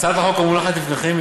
הצעת החוק המונחת לפניכם,